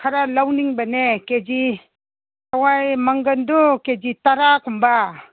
ꯈꯔ ꯂꯧꯅꯤꯡꯕꯅꯦ ꯀꯦꯖꯤ ꯍꯋꯥꯏ ꯃꯪꯒꯟꯗꯨ ꯀꯦꯖꯤ ꯇꯔꯥꯀꯨꯝꯕ